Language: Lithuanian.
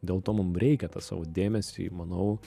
dėl to mum reikia tą savo dėmesį manau